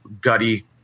Gutty